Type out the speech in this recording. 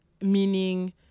meaning